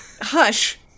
Hush